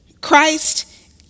Christ